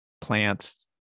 plants